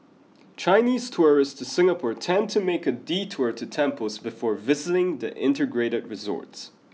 Chinese tourists to Singapore tend to make a detour to temples before visiting the integrated resorts